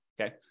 okay